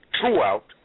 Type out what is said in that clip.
throughout